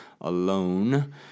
alone